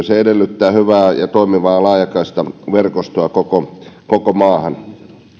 se edellyttää hyvää ja toimivaa laajakaistaverkostoa koko koko maahan